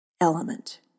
element